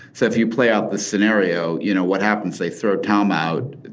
so if you play out the scenario you know what happens they throw tom out.